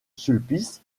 sulpice